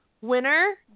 Winner